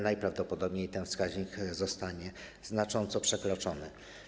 Najprawdopodobniej ten wskaźnik zostanie znacząco przekroczony.